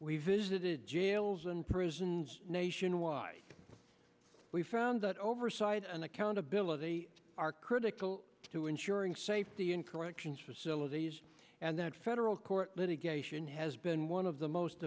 we visited jails and prisons nation why we found that oversight and accountability are critical to ensuring safety in corrections facilities and that federal court litigation has been one of the most